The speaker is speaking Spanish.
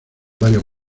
varios